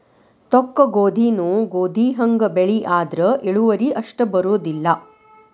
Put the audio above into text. ತೊಕ್ಕಗೋಧಿನೂ ಗೋಧಿಹಂಗ ಬೆಳಿ ಆದ್ರ ಇಳುವರಿ ಅಷ್ಟ ಬರುದಿಲ್ಲಾ